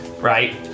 right